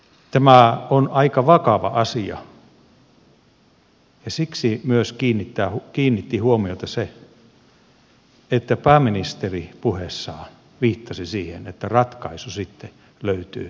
tämä on aika vakava asia ja siksi myös se kiinnitti huomiota että pääministeri puheessaan viittasi siihen että ratkaisu sitten löytyy toimeentulotuesta